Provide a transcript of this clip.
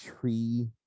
tree